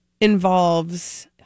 involves